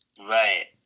Right